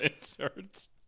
inserts